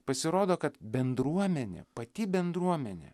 pasirodo kad bendruomenė pati bendruomenė